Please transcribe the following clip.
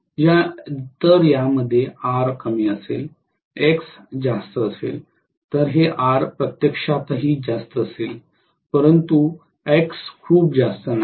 तर यामध्ये R कमी असेल X जास्त असेल तर हे R प्रत्यक्षातही जास्त असेल परंतु X खूप जास्त नाही